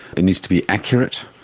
it needs to be accurate,